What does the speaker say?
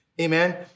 Amen